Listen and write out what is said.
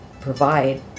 provide